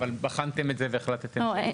אבל בחנתם את זה והחלטתם שלא.